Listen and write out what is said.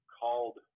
called